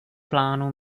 plánu